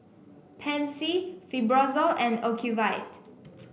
Pansy Fibrosol and Ocuvite